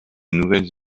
nouvelles